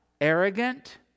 arrogant